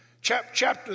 Chapter